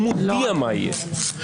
הוא מודיע מה יהיה.